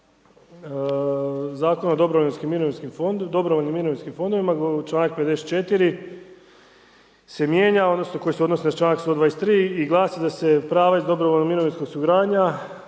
Zakon o dobrovoljnim mirovinskim fondovima, članak 54. se mijenja odnosno koji se odnosi na članak 123. i glasi da se prava iz dobrovoljnog mirovinskog osiguranja